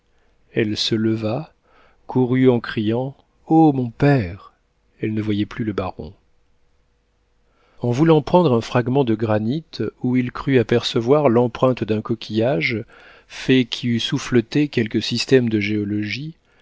elle se leva courut en criant oh mon père elle ne voyait plus le baron en voulant prendre un fragment de granit où il crut apercevoir l'empreinte d'un coquillage fait qui eût souffleté quelque système de géologie